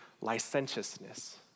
licentiousness